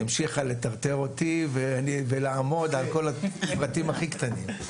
המשיכה לטרטר אותי ולעמוד על כל הפרטים הכי קטנים.